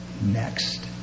Next